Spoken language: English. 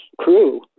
crew